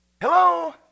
Hello